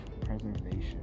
preservation